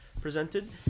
presented